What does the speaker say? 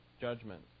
judgment